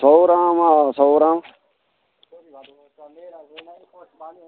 सौ ग्राम सौ ग्राम